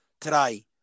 today